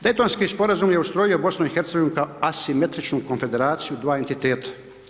Daytonski sporazum je ustrojio BiH-a kao asimetričnu konfederaciju dva entiteta.